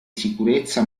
sicurezza